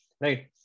Right